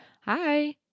hi